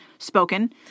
Spoken